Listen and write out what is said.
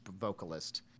vocalist